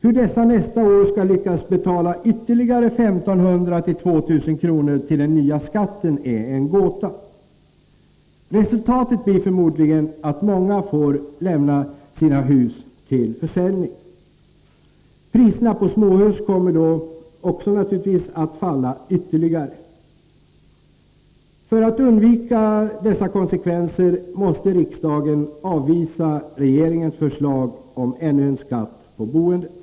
Hur dessa nästa år skall lyckas betala ytterligare 1 500-2 000 kr. till den nya skatten är en gåta. Resultatet blir förmodligen att många får lämna sina hus till försäljning. Priserna på småhus kommer naturligtvis då också att falla ytterligare. För undvikande av dessa konsekvenser måste riksdagen avvisa regeringens förslag om ännu en skatt på boendet.